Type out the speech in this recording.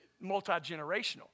multi-generational